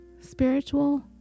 spiritual